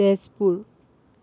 Tezpur